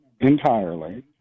entirely